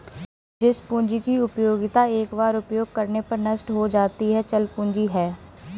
जिस पूंजी की उपयोगिता एक बार उपयोग करने पर नष्ट हो जाती है चल पूंजी है